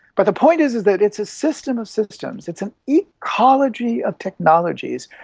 but the point is is that it's a system of systems, it's an ecology of technologies,